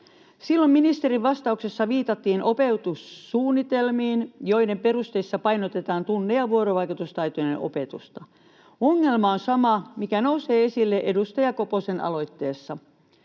Silloin ministerin vastauksessa viitattiin opetussuunnitelmiin, joiden perusteissa painotetaan tunne- ja vuorovaikutustaitojen opetusta. Ongelma on sama, mikä nousee esille edustaja Koposen aloitteessa.